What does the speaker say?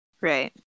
Right